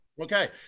Okay